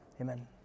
Amen